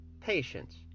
patience